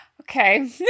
Okay